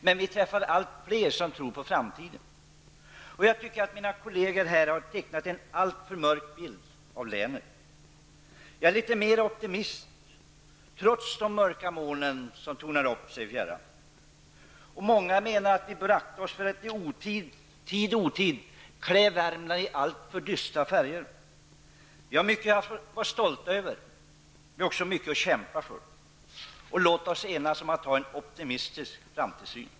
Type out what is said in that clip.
Men vi träffar allt fler som tror på framtiden. Jag tycker att mina kolleger här har tecknat en alltför mörk bild av länet. Jag är litet mera optimist trots de mörka molnen som tornar upp sig i fjärran. Många menar att vi bör akta oss för att i tid och otid klä Värmland i alltför dystra färger. Vi har mycket att vara stolta över, och vi har också mycket att kämpa för. Låt oss enas om att ha en optimistisk framtidssyn.